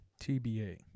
TBA